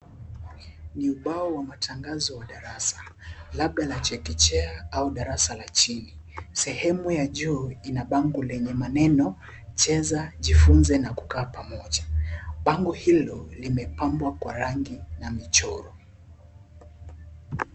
Ni ubao wa matangazo wa darasa labda la chekechea au darasa la chini, sehemu ya juu ina bango lenye maneno, cheza, jifunze, na kukaa pamoja, bango hilo limepambwa kwa rangi na michoro.